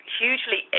hugely